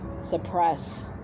suppress